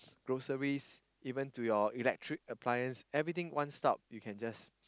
groceries even to your electric appliance everything one stop you can just